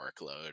workload